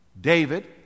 David